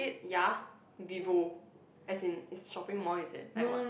ya Vivo as in shopping mall is it like what